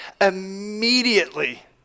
immediately